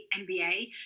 MBA